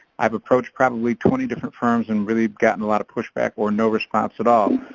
i've approached probably twenty different firms and really gotten a lot of pushback or no response at all.